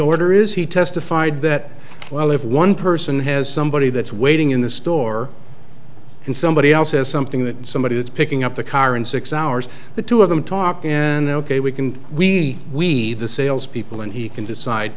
order is he testified that well if one person has somebody that's waiting in the store and somebody else says something that somebody is picking up the car in six hours the two of them talk in ok we can we we the salespeople and he can decide